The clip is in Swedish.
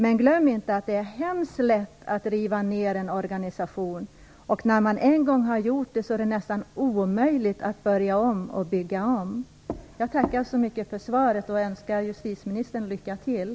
Men glöm inte att det är mycket lätt att riva ner en organisation, och när man en gång har gjort det är det nästan omöjligt att börja om och bygga om. Jag tackar så mycket för svaret och önskar justitieministern lycka till.